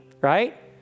right